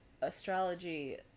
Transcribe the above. astrology